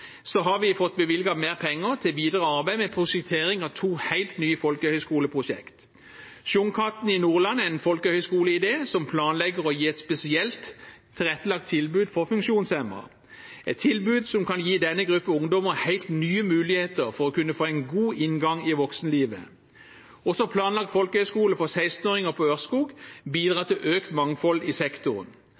har fått bevilget mer penger til videre arbeid med prosjektering av to helt nye folkehøyskoleprosjekt. Sjunkhatten i Nordland er en folkehøyskoleidé der det planlegges å gi et spesielt tilrettelagt tilbud for funksjonshemmede, et tilbud som kan gi denne gruppen ungdommer helt nye muligheter for å kunne få en god inngang til voksenlivet. Også en planlagt folkehøyskole for sekstenåringer i Ørskog bidrar til økt mangfold i sektoren.